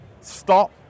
stop